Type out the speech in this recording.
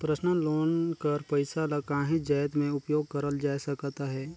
personal loan कर पइसा ल काहींच जाएत में उपयोग करल जाए सकत अहे